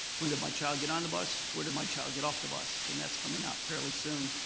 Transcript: when did my child get on the bus, where did my child get off the bus, and that's coming out fairly soon.